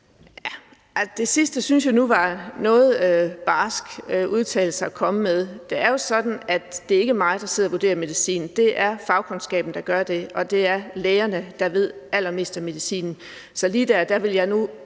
Det sidste synes jeg nu var en noget barsk udtalelse at komme med. Det er jo sådan, at det ikke er mig, der sidder og vurderer medicinen. Det er fagkundskaben, der gør det, og det er lægerne, der ved allermest om medicinen. Så lige der vil jeg nu